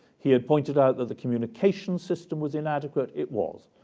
he had pointed out that the communications system was inadequate, it was.